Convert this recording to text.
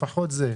לפחות זה.